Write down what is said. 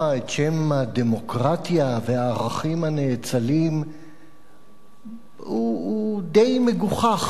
את שם הדמוקרטיה והערכים הנאצלים הוא די מגוחך,